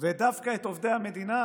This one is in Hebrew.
ודווקא את עובדי המדינה